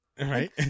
Right